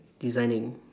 designing